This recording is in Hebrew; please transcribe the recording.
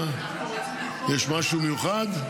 יש משהו מיוחד?